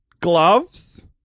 gloves